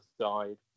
side